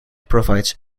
provides